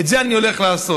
את זה אני הולך לעשות.